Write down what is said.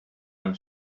i’m